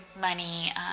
money